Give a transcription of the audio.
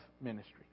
ministry